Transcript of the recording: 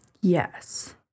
Yes